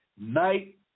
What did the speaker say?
Night